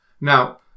Now